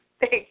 Thank